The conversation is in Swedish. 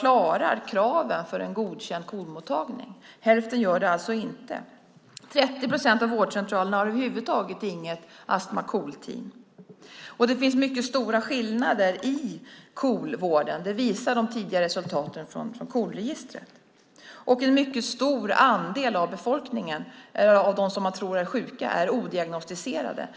klarar kraven för en godkänd KOL-mottagning. Hälften gör det alltså inte. 30 procent av vårdcentralerna har över huvud taget inget astma och KOL-team. Det finns mycket stora skillnader i KOL-vården. Det visar de tidiga resultaten från KOL-registret. En mycket stor andel av dem som man tror är sjuka är odiagnostiserade.